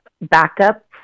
backup